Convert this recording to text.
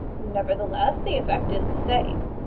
nevertheless the effect is the same.